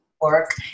work